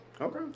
Okay